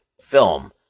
film